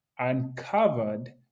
uncovered